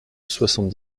soixante